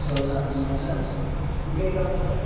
ఓ తప్పకుండా సార్ ఇంకేం కావాలి సార్